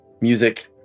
Music